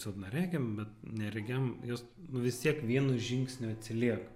silpnaregiam bet neregiam jos nu vis tiek vienu žingsniu atsiliek